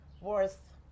worth